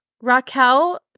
Raquel